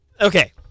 Okay